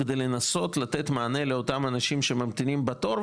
כדי לנסות לתת מענה לאותם אנשים שממתינים בתור,